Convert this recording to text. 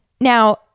now